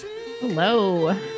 Hello